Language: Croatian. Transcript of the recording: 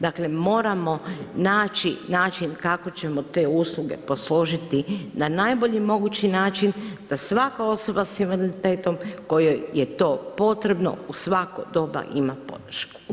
Dakle moramo naći način kako ćemo te usluge posložiti na najbolji mogući način da svaka osoba s invaliditetom kojoj je to potrebno, u svako doba imat podršku.